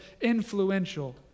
influential